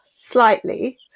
slightly